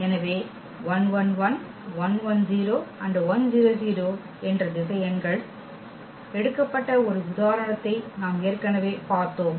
எனவே என்ற திசையன்கள் எடுக்கப்பட்ட ஒரு உதாரணத்தை நாம் ஏற்கனவே பார்த்தோம்